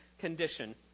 condition